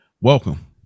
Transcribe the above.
welcome